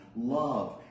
love